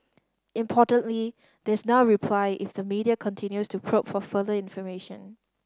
importantly there is now reply if the media continues to probe for further information